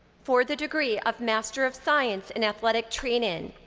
for the degree of master of science in athletic training,